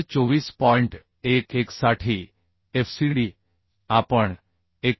11 साठी FCD आपण 91